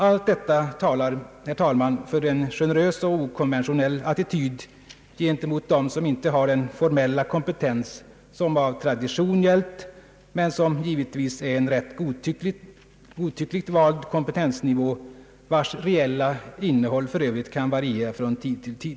Allt detta talar, herr talman, för en generös och okonventionell attityd gentemot dem vilka inte har den formella kompetens som av tradition gällt men som givetvis är en rätt godtyckligt vald kompetensnivå, vars reella innehåll för övrigt kan variera från tid till tid.